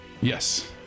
Yes